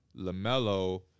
Lamelo